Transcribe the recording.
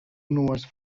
nues